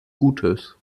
gutes